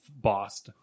boss